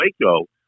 Waco